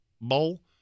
bowl